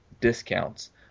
discounts